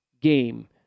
game